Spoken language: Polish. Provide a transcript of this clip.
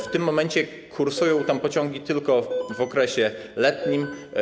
W tym momencie kursują tam pociągi tylko w okresie letnim.